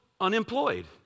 unemployed